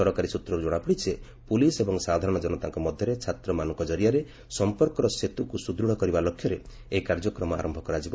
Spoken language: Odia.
ସରକାରୀ ସୂତ୍ରରୁ ଜଣାପଡ଼ିଛି ଯେପୁଲିସ୍ ଏବଂ ସାଧାରଣ ଜନତାଙ୍କ ମଧ୍ୟରେ ଛାତ୍ରମାନଙ୍କ ଜରିଆରେ ସଂପର୍କର ସେତୁ ସୁଦୃଢ଼ କରିବା ଲକ୍ଷ୍ୟରେ ଏହି କାର୍ଯ୍ୟକ୍ରମର ଆରମ୍ଭ କରାଯିବ